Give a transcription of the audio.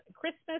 christmas